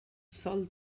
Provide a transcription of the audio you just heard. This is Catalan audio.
sol